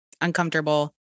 uncomfortable